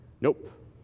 Nope